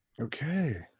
Okay